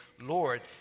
Lord